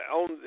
on